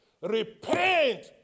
Repent